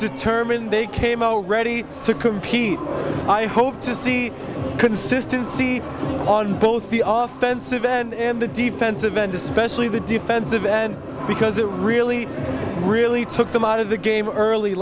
determined they came out ready to compete i hope to see consistency on both the off fence event and the defensive end especially the defensive end because it really really took them out of the game early